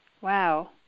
Wow